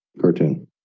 cartoon